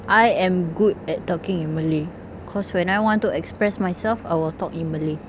I am good at talking in malay cause when I want to express myself I will talk in malay